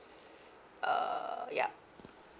err yup